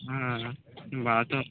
হ্যাঁ বাড়াতে